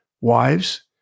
Wives